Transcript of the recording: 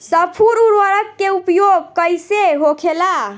स्फुर उर्वरक के उपयोग कईसे होखेला?